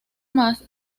más